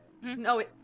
No